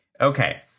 okay